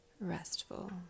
restful